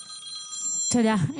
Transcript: תודה.